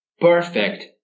Perfect